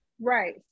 Right